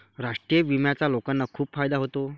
राष्ट्रीय विम्याचा लोकांना खूप फायदा होतो